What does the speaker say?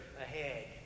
ahead